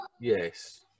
Yes